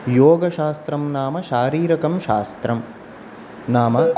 योगशास्त्रं नाम शारीरकं शास्त्रम् नाम